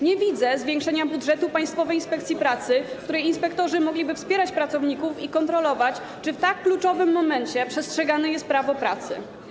Nie widzę zwiększenia budżetu Państwowej Inspekcji Pracy, której inspektorzy mogliby wspierać pracowników i kontrolować, czy w tak kluczowym momencie przestrzegane jest prawo pracy.